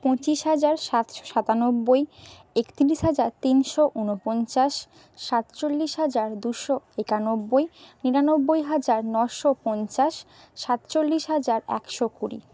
পঁচিশ হাজার সাতশো সাতানব্বই একত্রিশ হাজার তিনশো ঊনপঞ্চাশ সাতচল্লিশ হাজার দুশো একানব্বই নিরানব্বই হাজার নশো পঞ্চাশ সাতচল্লিশ হাজার একশো কুড়ি